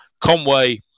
Conway